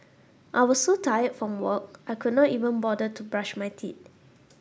I was so tired from work I could not even bother to brush my teeth